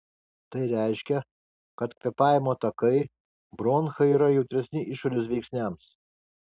tai reiškia kad kvėpavimo takai bronchai yra jautresni išorės veiksniams